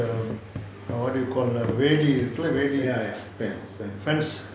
um err what do you call that railing railing fence